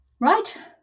Right